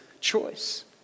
choice